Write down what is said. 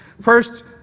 First